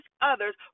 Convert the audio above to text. others